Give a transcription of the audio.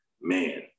man